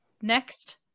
Next